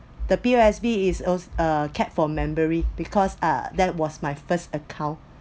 the P_O_S_B is al~ uh kept for memory because uh that was my first account